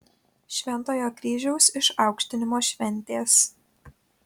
šventojo kryžiaus išaukštinimo šventės